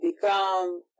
become